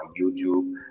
YouTube